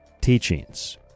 teachings